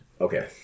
Okay